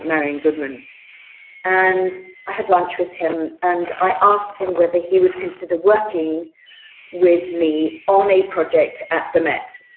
marion goodman and i had lunch with him and i asked him whether he would consider working with me on a project at the met.